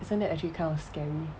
isn't that actually kind of scary